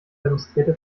demonstrierte